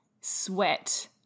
sweat